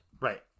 Right